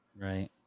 Right